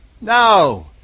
No